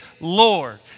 lord